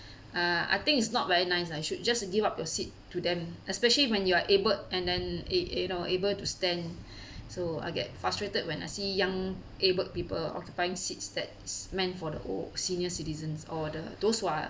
uh I think it's not very nice ah should just give up your seat to them especially when you are abled and then a~ a~ you know able to stand so I get frustrated when I see young abled people occupying seats that's meant for the old senior citizens or the those who are